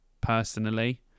personally